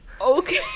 okay